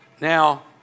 Now